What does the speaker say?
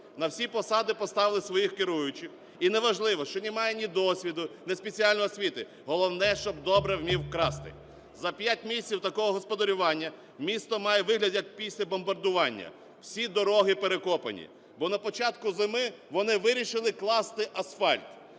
На всі посади поставили своїх керуючих, і не важливо, що немає ні досвіду, ні спеціальної освіти, головне – щоб добре вмів красти. За п'ять місяців такого господарювання місто має вигляд, як після бомбардування: всі дороги перекопані. Бо на початку зими вони вирішили класти асфальт,